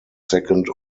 second